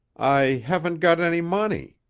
i haven't got any money,